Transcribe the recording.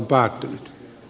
kiitoksia